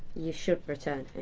you should return it.